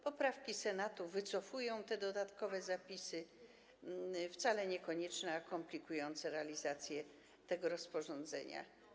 Poprawki Senatu wycofują te dodatkowe zapisy - wcale niekonieczne i komplikujące realizację tego rozporządzenia.